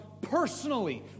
personally